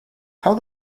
how